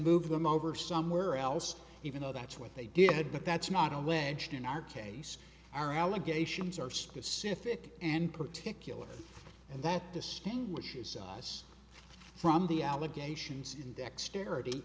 moved them over somewhere else even though that's what they did but that's not alleged in our case our allegations are specific and particular and that distinguishes us from the allegations in dexterity